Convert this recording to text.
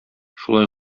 шулай